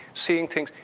seeing things,